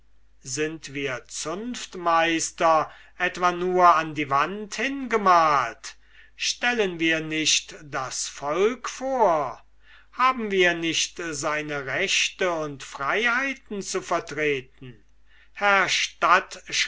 sind wir zunftmeister etwan nur an die wand hingemalt stellen wir nicht das volk vor haben wir nicht seine rechte und freiheiten zu vertreten